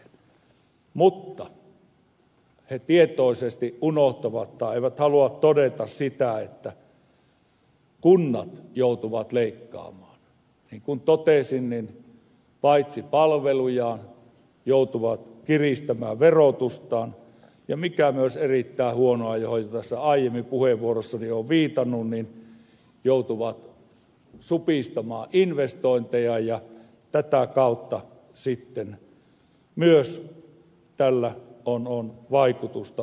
mutta he tietoisesti unohtavat tai eivät halua todeta sitä että kunnat joutuvat leikkaamaan niin kuin totesin paitsi palvelujaan ne myös joutuvat kiristämään verotustaan ja mikä myös on erittäin huono asia johon tässä aiemmin puheenvuorossani olen viitannut joutuvat supistamaan investointejaan ja tätä kautta sitten myös tällä on vaikutusta työllisyyteen